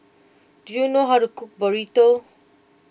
do you know how to cook Burrito